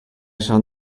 shall